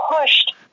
pushed